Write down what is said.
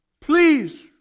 please